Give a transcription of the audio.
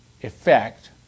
effect